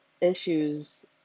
issues